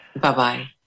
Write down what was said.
bye-bye